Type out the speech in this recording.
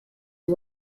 who